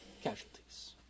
Casualties